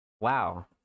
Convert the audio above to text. wow